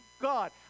God